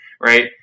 right